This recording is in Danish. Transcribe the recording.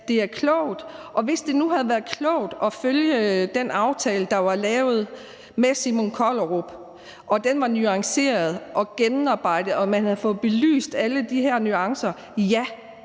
har udtalt. Og hvis det nu havde været klogt at følge den aftale, der var lavet med Simon Kollerup, og den var nuanceret og gennemarbejdet, og man havde fået belyst alle de her nuancer, så